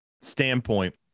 standpoint